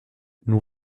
nous